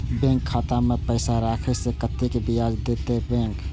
Bank खाता में पैसा राखे से कतेक ब्याज देते बैंक?